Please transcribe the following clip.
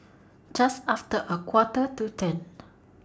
Just after A Quarter to ten